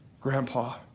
Grandpa